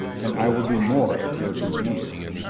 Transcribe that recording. and i will do more at your convenience.